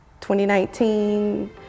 2019